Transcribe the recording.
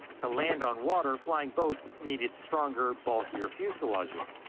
to land on water, flying boats need stronger, bulkier fuselages,